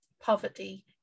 poverty